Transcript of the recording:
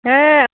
ᱦᱮᱸ